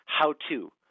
how-to